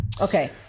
Okay